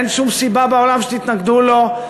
אין שום סיבה בעולם שתתנגדו לו,